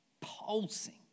pulsing